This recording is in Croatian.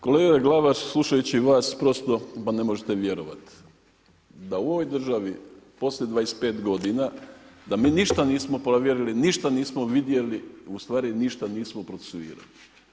Kolega Glavaš, slušajući vas prosto pa ne možete vjerovati da u ovoj državi poslije 25 godina da mi ništa nismo provjerili, ništa nismo vidjeli, ustvari ništa nismo procesuirali.